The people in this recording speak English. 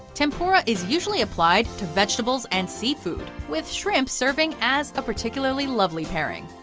tempura is usually applied to vegetables and seafood, with shrimp serving as a particularly lovely pairing,